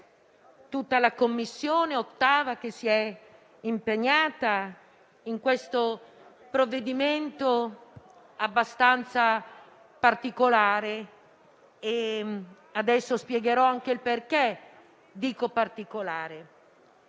tutta l'8a Commissione che si è impegnata in questo provvedimento abbastanza particolare e adesso spiegherò anche il perché. Quella